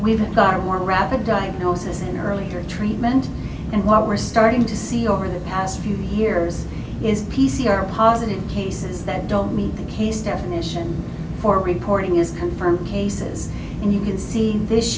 got more rapid diagnosis and earlier treatment and what we're starting to see over the past few years is p c r positive cases that don't meet the case definition for reporting is confirmed cases and you can see this